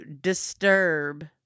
disturb